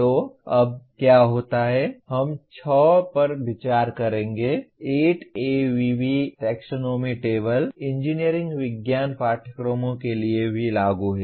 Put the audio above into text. तो अब क्या होता है हम 6 पर विचार करेंगे 8 ABV टैक्सोनॉमी टेबल इंजीनियरिंग विज्ञान पाठ्यक्रमों के लिए भी लागू है